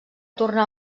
tornar